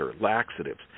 laxatives